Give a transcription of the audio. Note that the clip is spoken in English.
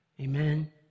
Amen